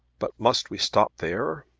but must we stop there?